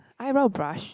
eyebrow brush